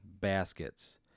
baskets